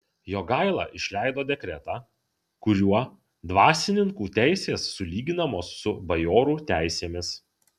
jogaila išleido dekretą kuriuo dvasininkų teisės sulyginamos su bajorų teisėmis